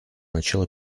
начала